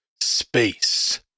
space